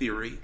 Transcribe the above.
theory